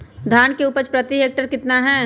धान की उपज प्रति हेक्टेयर कितना है?